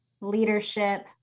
leadership